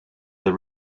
the